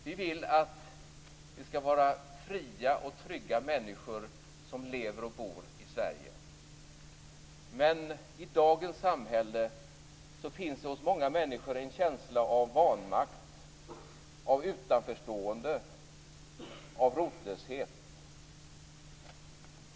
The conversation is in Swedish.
Vi vill att det skall vara fria och trygga människor som lever och bor i Sverige. Men i dagens samhälle finns det hos många människor en känsla av vanmakt, av utanförstående, av rotlöshet.